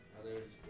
Others